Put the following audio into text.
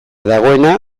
dagoena